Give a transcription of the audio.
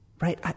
Right